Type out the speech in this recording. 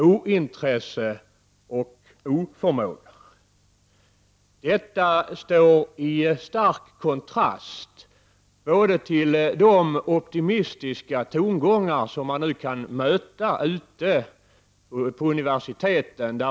ointresse och oförmåga. Detta står i stark kontrast till de optimistiska tongångar som vi nu möter ute på universiteten.